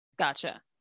Gotcha